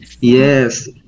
Yes